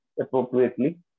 appropriately